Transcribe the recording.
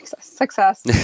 success